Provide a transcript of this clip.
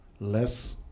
less